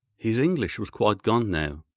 his english was quite gone now.